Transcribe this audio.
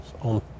on